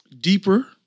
deeper